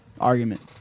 Argument